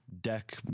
deck